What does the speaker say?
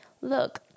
look